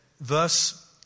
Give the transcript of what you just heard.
thus